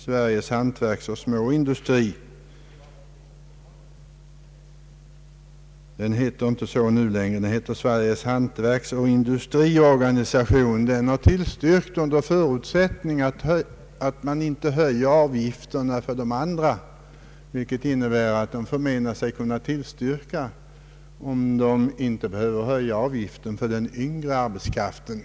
Sveriges hantverksoch industriorganisation har tillstyrkt under förutsättning att avgifterna inte höjs för de andra, vilket innebär att organisationen anser sig kunna tillstyrka förslaget, om man inte behöver höja avgiften för den yngre arbetskraften.